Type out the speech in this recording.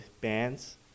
bands